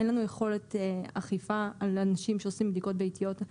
אין לנו יכולת אכיפה על אנשים שעושים בדיקות ביתיות,